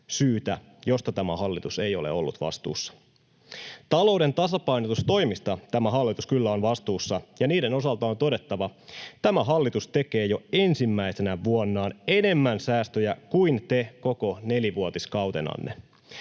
syytä, joista tämä hallitus ei ole ollut vastuussa. Talouden tasapainotustoimista tämä hallitus kyllä on vastuussa, ja niiden osalta on todettava: tämä hallitus tekee jo ensimmäisenä vuonnaan enemmän säästöjä kuin te koko nelivuotiskautenanne.